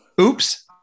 Oops